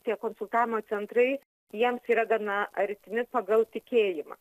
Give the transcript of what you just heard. tie konsultavimo centrai jiems yra gana artimi pagal tikėjimą